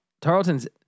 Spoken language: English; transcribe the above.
Tarleton's